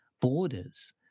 borders